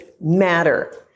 matter